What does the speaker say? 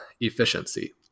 efficiency